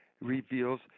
reveals